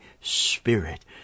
Spirit